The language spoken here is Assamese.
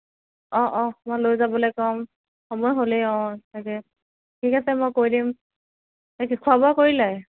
অঁ অঁ মই লৈ যাবলৈ ক'ম সময় হ'লেই অঁ তাকেই ঠিক আছে মই কৈ দিম বাকী খোৱা বোৱা কৰিলে